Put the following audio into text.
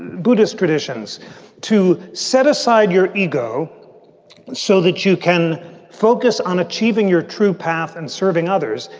buddhist traditions to set aside your ego so that you can focus on achieving your true path and serving others,